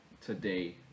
today